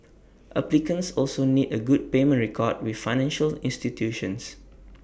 applicants also need A good payment record with financial institutions